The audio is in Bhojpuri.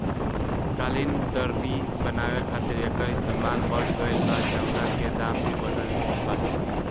कालीन, दर्री बनावे खातिर एकर इस्तेमाल बढ़ गइल बा, जवना से दाम भी बढ़ल बाटे